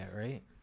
right